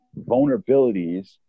vulnerabilities